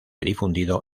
difundido